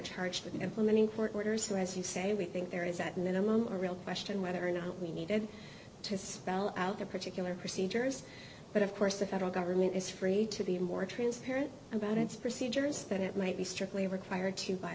charged with implementing court orders or as you say we think there is at minimum a real question whether or not we needed to spell out the particular procedures but of course the federal government is free to be more transparent about its procedures that it might be strictly required to by